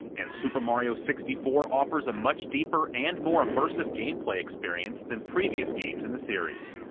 and super mario sixty four offers a much deeper and more immersive gameplay experience than previous games in the series.